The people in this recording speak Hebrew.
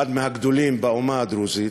אחד מהגדולים באומה הדרוזית,